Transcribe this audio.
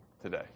today